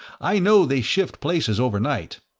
i know they shift places overnight.